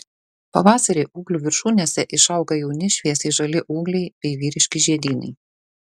pavasarį ūglių viršūnėse išauga jauni šviesiai žali ūgliai bei vyriški žiedynai